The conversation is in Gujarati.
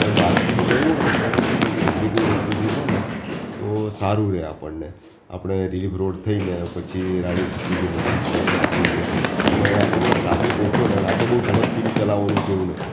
હવે બહારથી બી લેવું હોય ને તો તમે શું છે કે તમે બીજે કોઈ રસ્તેથી લો ને તો સારું રહે આપણને આપણે રિલીફ રોડ થઇને પછી રાણી સિપ્રીની મસ્જિદ છે ત્યાંથી છે અને આપણને ટ્રાફિક ઓછો નડે આપણે બહુ ઝડપથી બી ચલાવવાનું છે એવું નથી